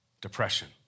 Depression